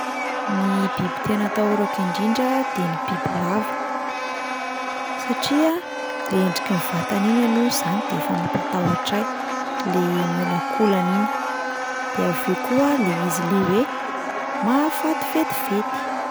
Ny biby tena atahorako indrindra de ny bibilava, satria le endriky ny vatany iny aloha izany de efa mampatahotra ahy, le miolankolana iny, de avy eo koa le izy le hoe mahafaty vetivety.